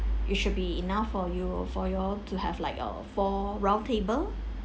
it should be enough for you for you all to have like uh four round table